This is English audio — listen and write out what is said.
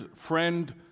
friend